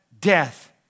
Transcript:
death